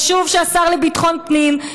חשוב שהשר לביטחון פנים,